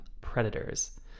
predators